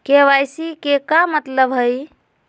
KYC के का मतलब हई?